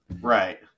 right